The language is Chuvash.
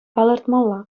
палӑртмалла